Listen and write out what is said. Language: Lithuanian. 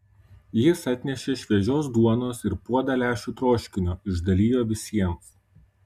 jis atnešė šviežios duonos ir puodą lęšių troškinio išdalijo visiems